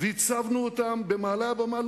והצבנו אותם במעלה הבמה.